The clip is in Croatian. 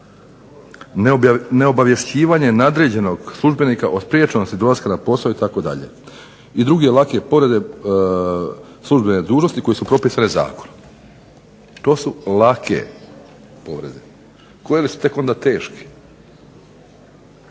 neobavješćivanje nadređenog službenika o spriječenosti dolaska na posao itd. i druge lake povrede službene dužnosti koje su propisane zakonom. To su lake povrede. Koje li su tek onda teške.